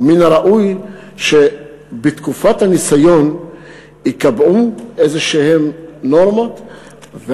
ומן הראוי שבתקופת הניסיון ייקבעו נורמות כלשהן,